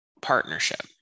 partnership